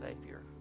savior